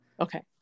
Okay